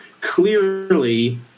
clearly